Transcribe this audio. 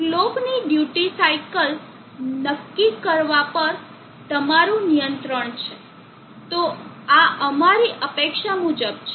કલોકની duty cycle નક્કી કરવા પર તમારું નિયંત્રણ છે તો આ અમારી અપેક્ષા મુજબ છે